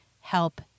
help